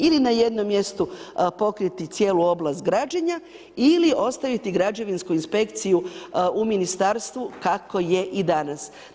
Ili na jednom mjestu pokriti cijelu oblast građenja ili ostaviti građevinsku inspekciju u Ministarstvu kako je i danas.